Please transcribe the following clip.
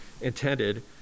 intended